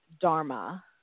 dharma